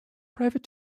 private